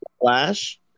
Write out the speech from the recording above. Flash